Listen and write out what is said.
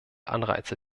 anreize